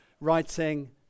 writing